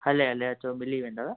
हले हले अचो मिली वेंदव